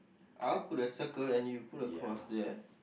out to the circle and you put a cross there